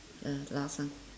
ah last one